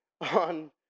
on